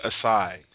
aside